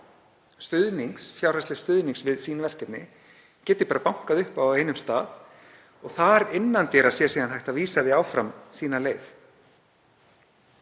leitar fjárhagslegs stuðnings við sín verkefni geti bara bankað upp á einum stað og þar innan dyra sé síðan hægt að vísa því áfram sína leið.